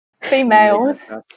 Females